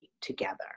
together